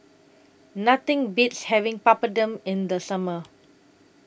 Nothing Beats having Papadum in The Summer